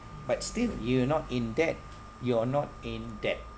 but still you're not in debt you're not in debt